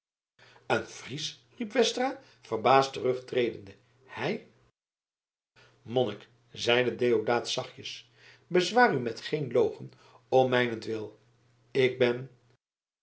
een fries riep westra verbaasd terugtredende hij monnik zeide deodaat zachtjes bezwaar u met geen logen om mijnentwil ik ben